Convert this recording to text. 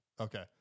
Okay